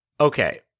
okay